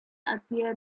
appear